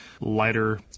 lighter